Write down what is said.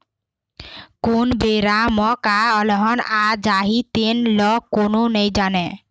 कोन बेरा म का अलहन आ जाही तेन ल कोनो नइ जानय